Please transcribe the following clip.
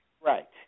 Right